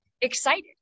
excited